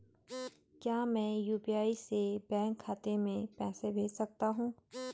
क्या मैं यु.पी.आई से बैंक खाते में पैसे भेज सकता हूँ?